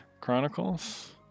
Chronicles